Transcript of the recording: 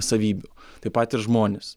savybių taip pat ir žmonės